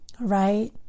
right